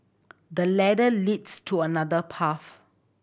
the ladder leads to another path